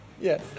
Yes